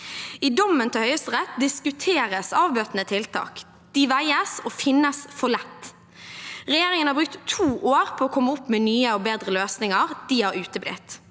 I dommen til Høyesterett diskuteres avbøtende tiltak. De veies og finnes for lette. Regjeringen har brukt to år på å komme opp med nye og bedre løsninger. De har uteblitt.